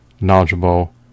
knowledgeable